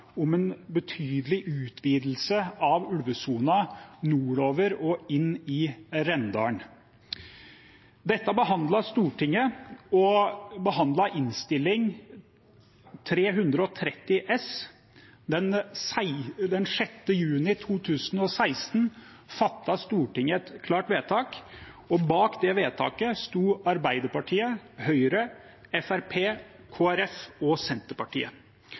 om en betydelig utvidelse av ulvesonen nordover og inn i Rendalen. Dette behandlet Stortinget i Innst. 330 S for 2015–2016. Den 6. juni 2016 fattet Stortinget et klart vedtak, og bak det vedtaket sto Arbeiderpartiet, Høyre, Fremskrittspartiet, Kristelig Folkeparti og Senterpartiet.